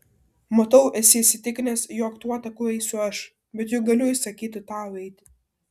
matau esi įsitikinęs jog tuo taku eisiu aš bet juk galiu įsakyti tau eiti